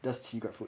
just 骑 the food